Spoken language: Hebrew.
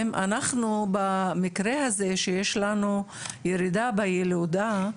אנחנו במקרה הזה שיש לנו ירידה בילודה,